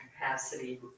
capacity